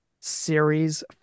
Series